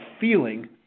feeling